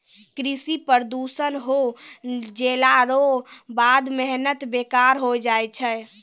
कृषि प्रदूषण हो जैला रो बाद मेहनत बेकार होय जाय छै